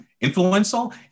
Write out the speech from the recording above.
influential